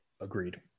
Agreed